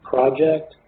Project